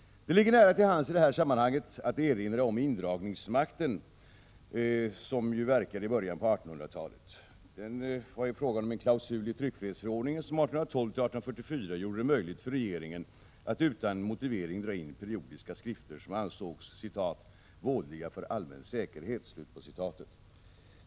Det ligger nära till hands i det här sammanhanget att erinra om indragningsmakten, som verkade i början av 1800-talet. Det var en klausul i tryckfrihetsförordningen som 1812—1844 gjorde det möjligt för regeringen att utan motivering dra in periodiska skrifter som ansågs ”vådliga för allmän säkerhet”.